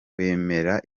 wemera